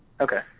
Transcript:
Okay